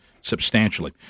substantially